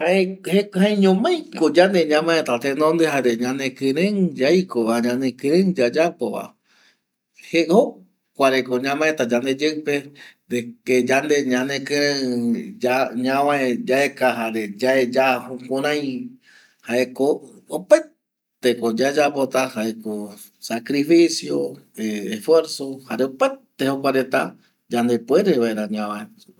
Jeñomaiko yande ñamaeta tenonde jare yande kirei yaiko va yande kirei yayapova jokua re ko ñamaeta yandeve, opaete ko yayapota jaeko sacrificio esfuerzo jare opaete jokua reta yande puere vaera ñavae supe.